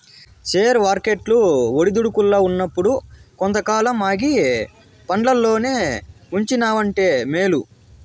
share వర్కెట్లు ఒడిదుడుకుల్ల ఉన్నప్పుడు కొంతకాలం ఆగి పండ్లల్లోనే ఉంచినావంటే మేలు